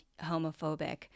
homophobic